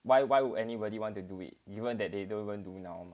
why why would anybody want to do it given that they don't even do now